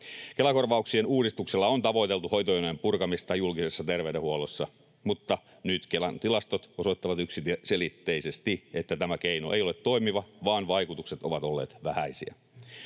Kela-korvauksien uudistuksella on tavoiteltu hoitojonojen purkamista julkisessa terveydenhuollossa, mutta nyt Kelan tilastot osoittavat yksiselitteisesti, että tämä keino ei ole toimiva, vaan vaikutukset ovat olleet vähäisiä.